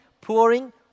pouring